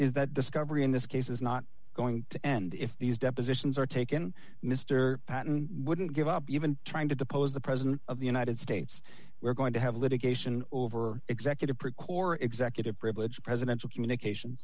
is that discovery in this case is not going to end if these depositions are taken mr patten wouldn't give up even trying to depose the president of the united states we're going to have litigation over executive precor executive privilege presidential communication